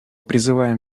призываем